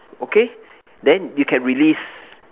okay then you can release